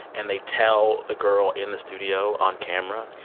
and they tell the girl in the studio, on camera.